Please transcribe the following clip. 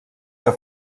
que